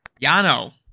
Yano